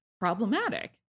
problematic